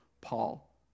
Paul